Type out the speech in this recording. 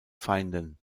feinden